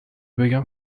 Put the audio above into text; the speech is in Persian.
بگم